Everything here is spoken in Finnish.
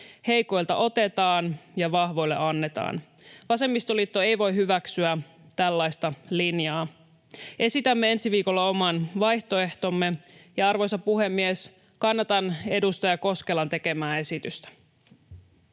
Heikoilta otetaan ja vahvoille annetaan. Vasemmistoliitto ei voi hyväksyä tällaista linjaa. Esitämme ensi viikolla oman vaihtoehtomme. Arvoisa puhemies! Kannatan edustaja Koskelan tekemää esitystä.